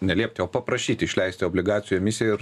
ne liepti o paprašyti išleisti obligacijų emisiją ir